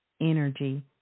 energy